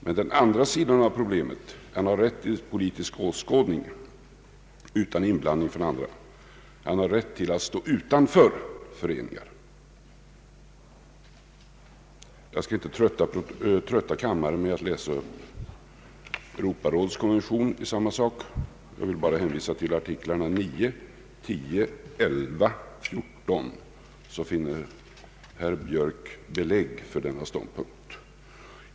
Men det finns en annan sida av problemet: han har rätt till en politisk åskådning utan inblandning från andra, och han har rätt till att stå utanför föreningar. Jag skall inte trötta kammaren med att läsa upp Europarådets konvention i samma sak; jag vill bara hänvisa till artiklarna 9, 10, 11 och 14, där herr Björk kan finna belägg för denna ståndpunkt.